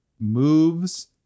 moves